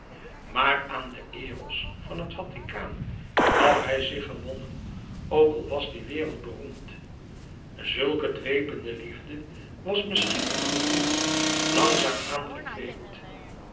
maar aan den eros van het vaticaan gaf hij zich gewonnen ook al was die wereldberoemd zulke dwepende liefde was misschien een gevoel langzaam